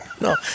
no